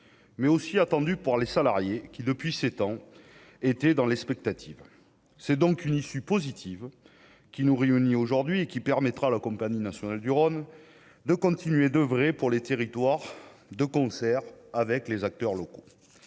mais aussi attendue pour les salariés qui, depuis 7 ans étaient dans l'expectative, c'est donc une issue positive qui nous réunit aujourd'hui et qui permettra à la compagnie nationale du Rhône de continuer d'oeuvrer pour les territoires de concert avec les acteurs locaux,